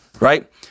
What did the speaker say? right